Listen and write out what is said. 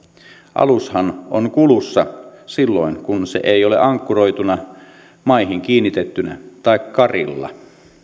alushan on kulussa silloin kun se ei ole ankkuroituna maihin kiinnitettynä tai karilla